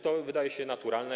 To wydaje się naturalne.